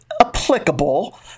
applicable